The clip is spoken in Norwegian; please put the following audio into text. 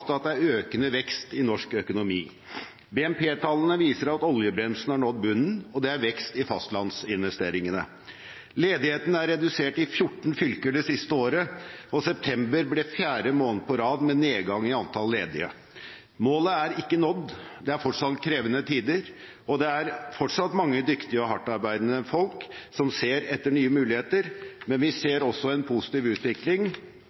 at det er økende vekst i norsk økonomi. BNP-tallene viser at oljebremsen har nådd bunnen, og at det er vekst i fastlandsinvesteringene. Ledigheten er redusert i 14 fylker det siste året, og september ble fjerde måned på rad med nedgang i antall ledige. Målet er ikke nådd, det er fortsatt krevende tider, og det er fortsatt mange dyktige og hardtarbeidende folk som ser etter nye muligheter, men vi ser også en positiv utvikling